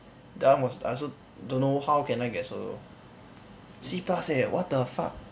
that one was I also don't know how can I get so low C plus eh what the fuck